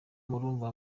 murumva